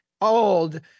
old